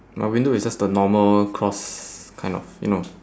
my window is just the normal cross kind of you know